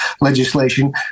legislation